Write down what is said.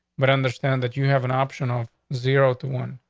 but understand that you have an option off zero to one.